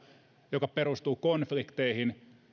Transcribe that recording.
joka perustuu konf likteihin